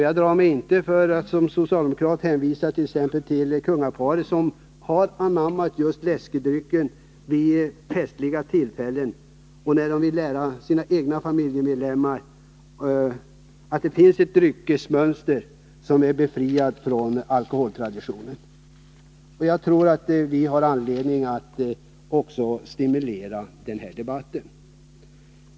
Jag drar mig t.ex. inte som socialdemokrat för att hänvisa till att kungaparet har anammat just läskedryckerna vid festliga tillfällen liksom till att det vill lära sina egna familjemedlemmar att det finns ett dryckesmönster som är befriat från alkoholtraditionen. Jag tror att vi har anledning att hålla fram också sådana uppgifter i denna debatt.